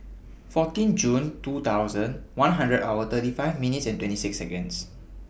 fourteen Jun two thousand one hundred hour thirty five minutes and twenty six Seconds